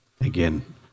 again